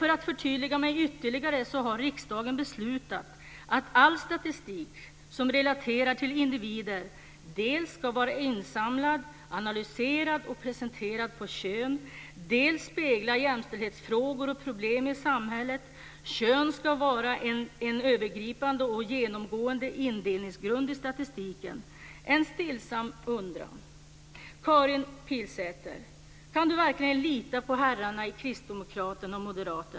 För att förtydliga mig ytterligare: Riksdagen har beslutat att all statistik som relaterar till individer dels ska vara insamlad, analyserad och presenterad utifrån kön, dels ska spegla jämställdhetsfrågor och problem i samhället. Kön ska vara en övergripande och genomgående indelningsgrund i statistiken.